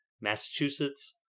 Massachusetts